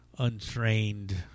untrained